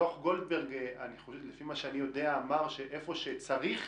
דוח גולדברג, לפי מה שאני יודע, אמר שאיפה שצריך